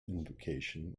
invocation